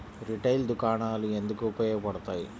Retail దుకాణాలు ఎందుకు ఉపయోగ పడతాయి?